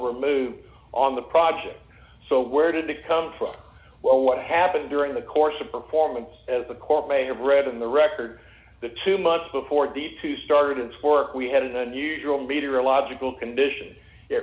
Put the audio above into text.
removed on the project so where did they come from well what happened during the course of performance as the court may have read in the record the two months before these two started and work we had an unusual meterological condition